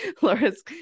Laura's